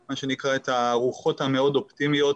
מה שנקרא הרוחות המאוד אופטימיות,